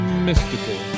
mystical